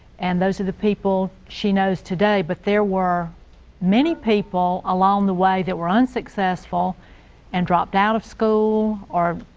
and those are the people she knows today but there were many people along the way that were unsuccessful and dropped out of school or